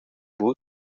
بود